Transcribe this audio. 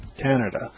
Canada